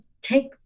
take